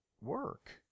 work